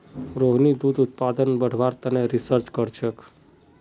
रोहिणी दूध उत्पादन बढ़व्वार तने रिसर्च करछेक